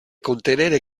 contenere